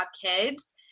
kids